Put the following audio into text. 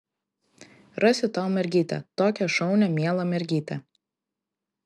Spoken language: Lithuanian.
rasiu tau mergytę tokią šaunią mielą mergytę